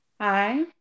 Hi